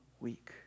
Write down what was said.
week